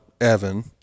Evan